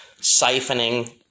siphoning